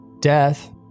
Death